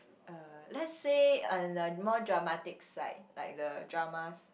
uh let's say on the more dramatic side like the dramas